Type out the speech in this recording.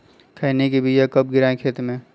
खैनी के बिया कब गिराइये खेत मे?